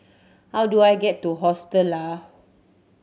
how do I get to Hostel Lah